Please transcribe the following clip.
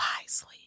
wisely